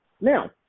Now